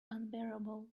unbearable